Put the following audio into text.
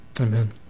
Amen